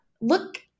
Look